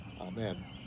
amen